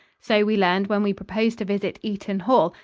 so we learned when we proposed to visit eaton hall,